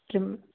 trim